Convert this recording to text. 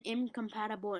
incompatible